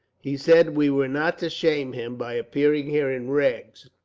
he said we were not to shame him by appearing here in rags,